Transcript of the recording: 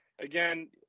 Again